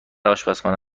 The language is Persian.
آشپزخانه